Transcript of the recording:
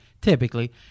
typically